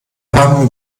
haben